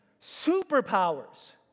superpowers